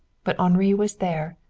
but henri was there.